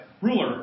ruler